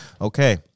Okay